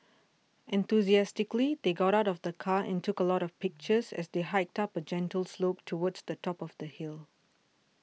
enthusiastically they got out of the car and took a lot of pictures as they hiked up a gentle slope towards the top of the hill